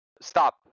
stop